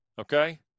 Okay